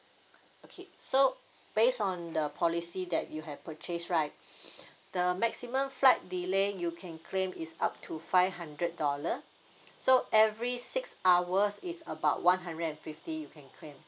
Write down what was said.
okay so based on the policy that you have purchased right the maximum flight delay you can claim is up to five hundred dollar so every six hours is about one hundred and fifty you can claim